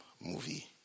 movie